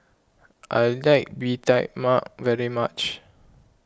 I like Bee Tai Mak very much